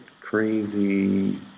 crazy